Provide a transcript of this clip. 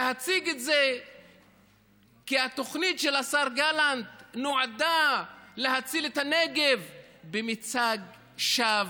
להציג את זה שהתוכנית של השר גלנט נועדה להציל את הנגב זה מצג שווא,